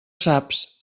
saps